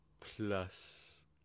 Plus